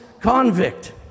convict